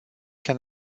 can